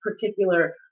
particular